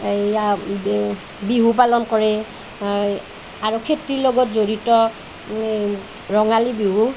এইয়া বিহু পালন কৰে আৰু খেতিৰ লগত জড়িত ৰঙালী বিহু